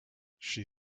she